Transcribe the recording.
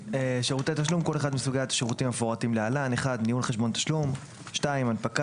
כל אחד מסוגי השירותים המפורטים להלן: ניהול חשבון תשלום; הנפקה